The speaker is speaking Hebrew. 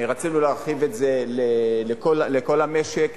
רצינו להרחיב את זה לכל המשק,